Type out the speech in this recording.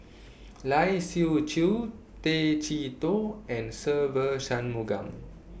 Lai Siu Chiu Tay Chee Toh and Se Ve Shanmugam